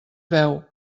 veu